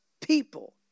people